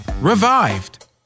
revived